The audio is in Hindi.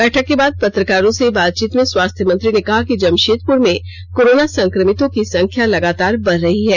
बैठक के बाद पत्रकारों से बातचीत में स्वास्थ्य मंत्री ने कहा कि जमषेदपुर में कोरोना संक्रमितों की संख्या लगातार बढ़ रही है